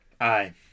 Aye